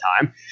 time